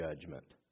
judgment